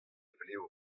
vlev